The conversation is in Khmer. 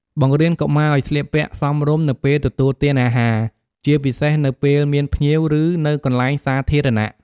បង្រៀនកុមារឲ្យស្លៀកពាក់សមរម្យនៅពេលទទួលទានអាហារ ជាពិសេសនៅពេលមានភ្ញៀវ ឬនៅកន្លែងសាធារណៈ។